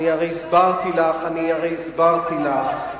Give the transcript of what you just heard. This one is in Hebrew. אני הרי הסברתי לך.